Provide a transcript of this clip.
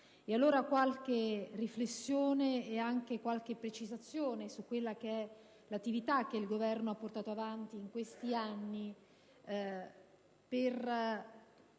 allora qualche riflessione e farò anche qualche precisazione sull'attività che il Governo ha portato avanti in questi anni per